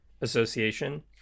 association